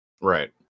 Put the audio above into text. right